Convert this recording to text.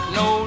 no